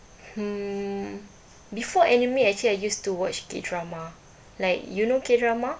hmm before anime actually I used to watch K drama like you know K drama